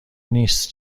نیست